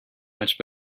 much